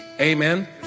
Amen